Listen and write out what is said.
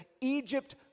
Egypt